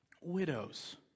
widows